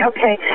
Okay